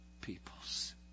peoples